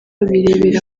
birebera